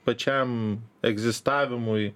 pačiam egzistavimui